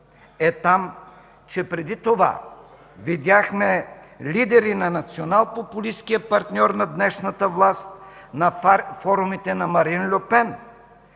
е там, че преди това видяхме лидери на националпопулисткия партньор на днешната власт на форумите на Марин Льо